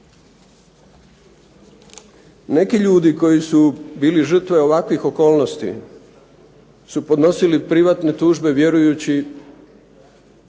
Neki ljudi koji su bili žrtve ovakvih okolnosti su podnosili privatne tužbe vjerujući